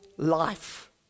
life